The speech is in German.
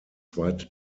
zweite